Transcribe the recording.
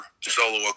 solo